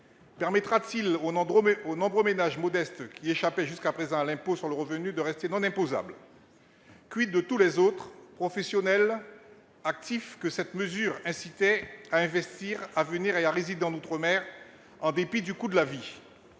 Permettra-t-il aux nombreux ménages modestes qui échappaient jusqu'à présent à l'impôt sur le revenu de rester non imposables ? de tous les autres- professionnels, actifs -que cette mesure incitait à investir, à venir et à résider en outre-mer, en dépit du coût de la vie ?